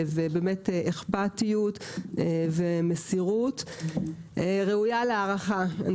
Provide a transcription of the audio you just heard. אכפתיות ומסירות ראויה להערכה.